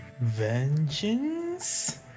vengeance